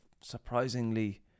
surprisingly